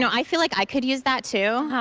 so i feel like i could use that, too.